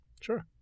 sure